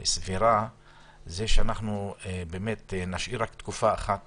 סבירה היא שאנחנו נשאיר רק תקופה אחת